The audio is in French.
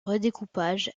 redécoupage